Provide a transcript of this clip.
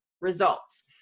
results